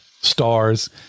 stars